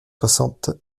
soixante